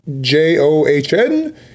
j-o-h-n